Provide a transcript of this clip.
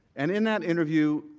and in that interview,